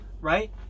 Right